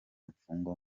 mfungwa